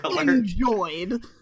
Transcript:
enjoyed